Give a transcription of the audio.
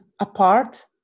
apart